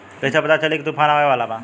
कइसे पता चली की तूफान आवा वाला बा?